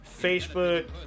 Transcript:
Facebook